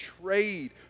trade